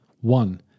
One